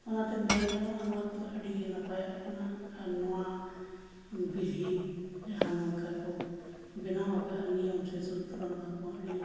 ᱚᱱᱟᱛᱮ ᱢᱮᱱ ᱜᱟᱱᱚᱜᱼᱟ ᱱᱚᱣᱟ ᱠᱚᱫᱚ ᱟᱹᱰᱤᱜᱮ ᱱᱟᱯᱟᱭᱟᱜ ᱠᱟᱱᱟ ᱟᱨ ᱱᱚᱣᱟ ᱯᱤᱲᱦᱤ ᱡᱟᱦᱟᱸ ᱱᱚᱝᱠᱟ ᱠᱚ ᱵᱮᱱᱟᱣ ᱟᱠᱟᱫᱼᱟ ᱱᱤᱭᱚᱢ ᱥᱮ ᱥᱩᱛᱨᱚ ᱱᱚᱣᱟ ᱠᱚᱦᱚᱸ ᱟᱹᱰᱤ